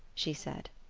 she said.